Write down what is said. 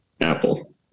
apple